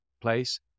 place